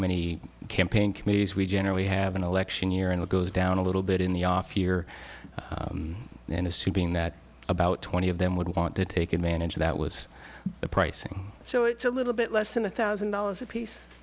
many campaign committees we generally have an election year and it goes down a little bit in the off year and assuming that about twenty of them would want to take advantage of that was the pricing so it's a little bit less than a thousand dollars apiece